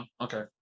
Okay